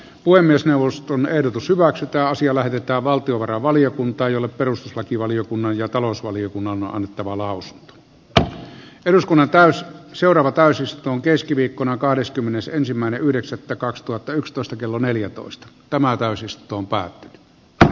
puhemiesneuvoston ehdotus hyväksytty asia lähetetään valtiovarainvaliokuntaan jolle perustuslakivaliokunnan ja talousvaliokunnan annettava lausunto eduskunnan täys jurvakaisen se on keskiviikkona kahdeskymmenesensimmäinen yhdeksättä kaksituhattayksitoista kello neljätoista tämän täysistunpa valuutta alueesta